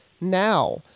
now